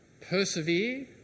Persevere